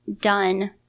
done